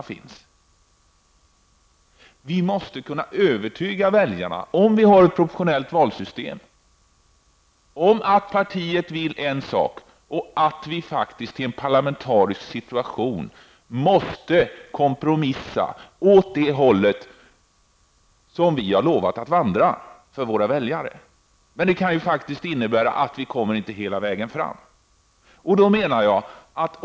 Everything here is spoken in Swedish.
Om vi nu har ett proportionellt valsystem måste vi kunna övertyga våra väljare om att partiet vill en sak men att vi i den parlamentariska situationen måste kompromissa åt det håll som vi har lovat våra väljare att vandra. Det kan innebära att vi inte når ända fram.